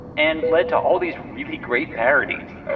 and led to all these really great parodies